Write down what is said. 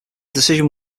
decision